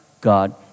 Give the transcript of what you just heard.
God